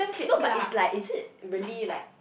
no but it's like is it really like